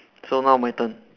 so now my turn